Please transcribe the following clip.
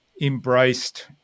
embraced